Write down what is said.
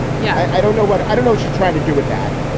yeah. i don't know what. i don't know. she tried to do with that.